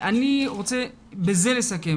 אני רוצה לסכם בזה,